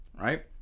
right